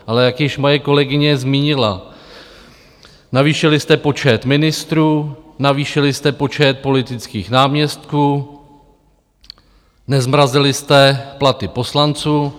Ale jak již moje kolegyně zmínila, navýšili jste počet ministrů, navýšili jste počet politických náměstků, nezmrazili jste platy poslanců.